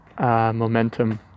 Momentum